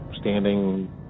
standing